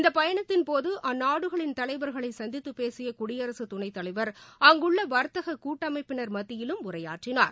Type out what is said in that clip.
இந்த பயணத்தின்போது அந்நாடுகளின் தலைவர்களை சந்தித்து பேசிய குடியரசுத் துணைத் தலைவர் அங்குள்ள வர்த்தக கூட்டமைப்பினர் மத்தியிலும் உரையாற்றினார்